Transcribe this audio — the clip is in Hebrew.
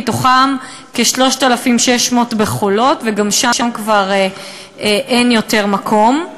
מתוכם כ-3,600 ב"חולות", וגם שם כבר אין מקום,